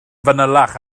fanylach